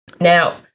Now